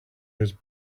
his